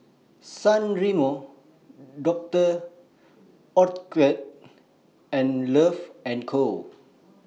San Remo Dr Oetker and Love and Co